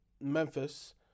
Memphis